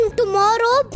tomorrow